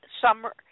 summer